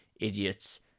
idiots